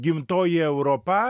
gimtoji europa